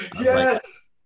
Yes